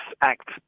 act